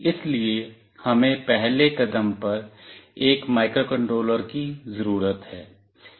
इसलिए हमें पहले कदम पर एक माइक्रोकंट्रोलर की ज़रूरत है